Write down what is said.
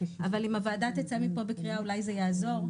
אבל אם הוועדה תצא מפה בקריאה אולי זה יעזור.